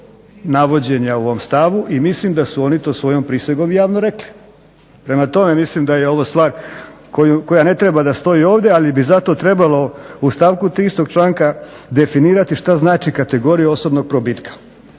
i mislim da su oni to svojom prisegom i javno rekli. Prema tome, mislim da je ovo stvar koja ne treba da stoji ovdje ali bi zato trebalo u stavku 3. istog članka definirati šta znači kategorija osobnog probitka.